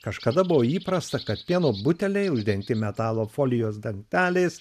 kažkada buvo įprasta kad pieno buteliai uždengti metalo folijos dangteliais